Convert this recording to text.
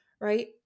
right